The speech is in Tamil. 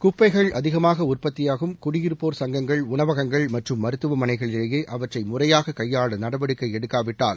குப்பைகள் அதிகமாக உற்பத்தியாகும் குடியிருப்போர் சங்கங்கள் உணவகங்கள் மற்றும் மருத்துவமனைகளிலேயே அவற்றை முறையாக கையாள நடவடிக்கை எடுக்காவிட்டால்